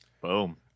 Boom